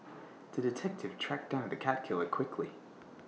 to the detective tracked down the cat killer quickly